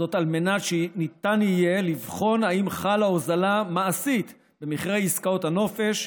זאת על מנת שניתן יהיה לבחון אם חלה הוזלה מעשית במחירי עסקאות הנופש,